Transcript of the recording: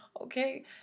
okay